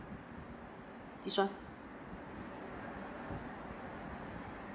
this [one]